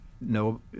No